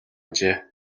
ажээ